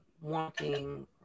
wanting